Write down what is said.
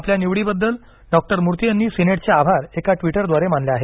आपल्या निवडीबद्दल डॉक्टर मूर्ती यांनी सिनेटचे आभार एका ट्विटद्वारे मानले आहेत